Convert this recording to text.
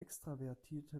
extravertierte